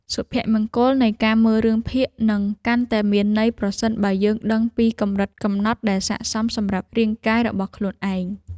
សុភមង្គលនៃការមើលរឿងភាគនឹងកាន់តែមានន័យប្រសិនបើយើងដឹងពីកម្រិតកំណត់ដែលស័ក្តិសមសម្រាប់រាងកាយរបស់ខ្លួនឯង។